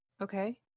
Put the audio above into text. Okay